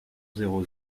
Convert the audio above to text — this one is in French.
zéro